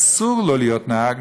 אסור לו להיות נהג,